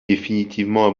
définitivement